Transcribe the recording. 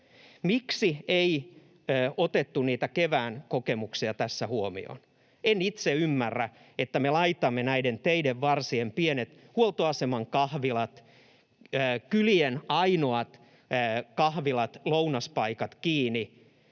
Miksi ei otettu niitä kevään kokemuksia tässä huomioon? En itse ymmärrä, että me laitamme näiden teiden varsien pienet huoltoasemien kahvilat, kylien ainoat kahvilat, lounaspaikat kiinni